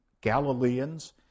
Galileans